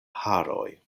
haroj